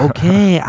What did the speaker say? Okay